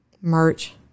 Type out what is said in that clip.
Merch